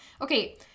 Okay